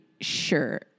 sure